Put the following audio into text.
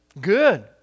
Good